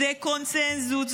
זה קונסנזוס,